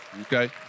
okay